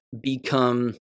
become